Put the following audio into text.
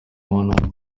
ubona